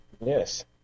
Yes